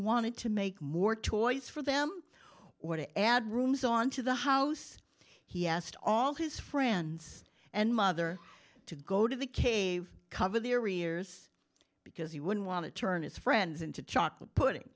wanted to make more toys for them or to add rooms on to the house he asked all his friends and mother to go to the cave cover the arrears because he would want to turn his friends into chocolate pudding